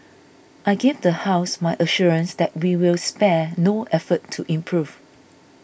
I give the House my assurance that we will spare no effort to improve